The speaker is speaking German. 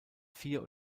vier